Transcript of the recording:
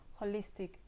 Holistic